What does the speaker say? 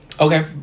Okay